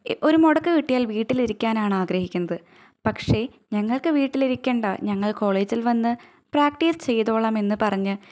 ഒരു മുടക്ക് കിട്ടിയാൽ വീട്ടിലിരിക്കാനാണ് ആഗ്രഹിക്കുന്നത് പക്ഷെ ഞങ്ങൾക്ക് വീട്ടിലിരിക്കണ്ട ഞങ്ങൾ കോളേജിൽ വന്ന് പ്രാക്ടീസ് ചെയ്തോളാം എന്നു പറഞ്ഞ്